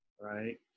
right